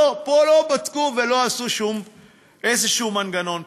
לא, פה לא בדקו ולא עשו איזשהו מנגנון פיצוי.